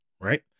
right